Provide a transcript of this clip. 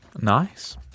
Nice